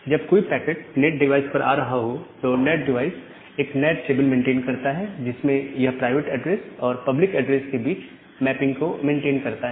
जब कोई packet NAT device पर आ रहा हो तो नैट डिवाइस एक नैट टेबल मेंटेन करता है जिसमें यह प्राइवेट एड्रेस और पब्लिक एड्रेस के बीच में मैपिंग को मेंटेन करता है